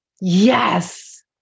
Yes